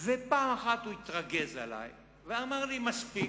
פעם אחת הוא התרגז עלי ואמר לי: מספיק.